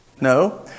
No